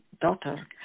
daughter